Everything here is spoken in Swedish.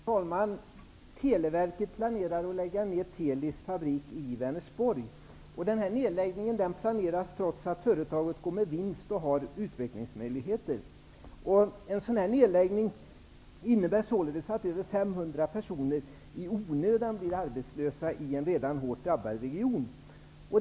Fru talman! Televerket planerar att lägga ned TELI:s fabrik i Vänersborg. Nedläggningen planeras trots att företaget går med vinst och har utvecklingsmöjligheter. En sådan nedläggning innebär således att över 500 personer blir arbetslösa i onödan i en redan hårt drabbad region.